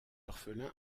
orphelin